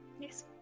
yes